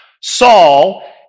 Saul